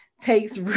takes